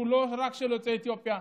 שהוא לא רק של יוצאי אתיופיה.